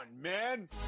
man